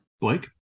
Blake